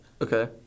Okay